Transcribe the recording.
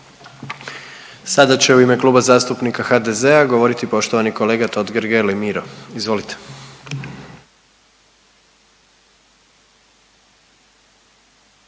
Sada će u ime Kluba zastupnika HDZ-a govoriti poštovani kolega Totgergeli Miro. Izvolite.